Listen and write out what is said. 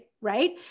right